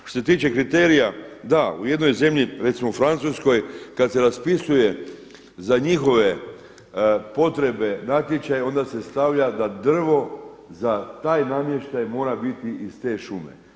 Što se tiče kriterija da, u jednoj zemlji recimo Francuskoj kad se raspisuje za njihove potrebe natječaj onda se stavlja da drvo za taj namještaj mora biti iz te šume.